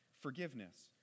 forgiveness